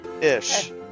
Ish